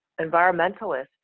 environmentalists